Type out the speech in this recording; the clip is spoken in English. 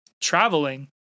traveling